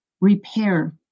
Repair